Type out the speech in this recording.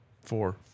four